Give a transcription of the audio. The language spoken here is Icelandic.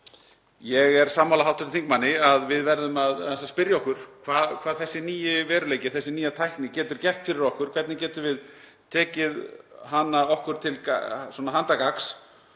Ég er sammála hv. þingmanni að við verðum að spyrja okkur hvað þessi nýi veruleiki, þessi nýja tækni getur gert fyrir okkur og hvernig við getum tekið hana okkur til handargagns.